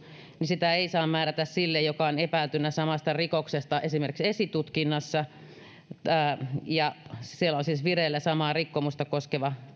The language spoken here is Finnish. niin sitä ei saa määrätä sille joka on epäiltynä samasta rikoksesta esimerkiksi esitutkinnassa ja siellä on siis vireillä samaa rikkomusta koskeva